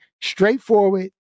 straightforward